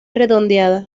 redondeada